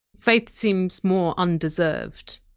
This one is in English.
faith seems more undeserved.